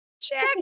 Check